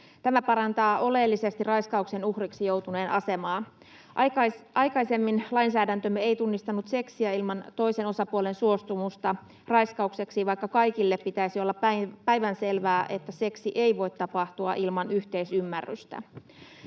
Tämä parantaa oleellisesti raiskauksen uhriksi joutuneen asemaa. Aikaisemmin lainsäädäntömme ei tunnistanut seksiä ilman toisen osapuolen suostumusta raiskaukseksi, vaikka kaikille pitäisi olla päivänselvää, että seksi ei voi tapahtua ilman yhteisymmärrystä.